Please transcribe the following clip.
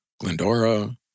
Glendora